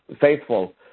faithful